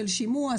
של שימוע,